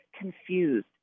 confused